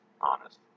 honest